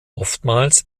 oftmals